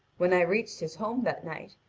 when i reached his home that night,